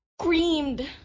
screamed